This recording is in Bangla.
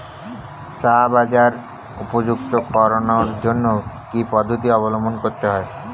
চা বাজার উপযুক্ত করানোর জন্য কি কি পদ্ধতি অবলম্বন করতে হয়?